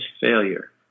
failure